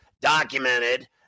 documented